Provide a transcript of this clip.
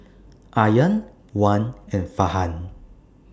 Aryan Wan and Farhan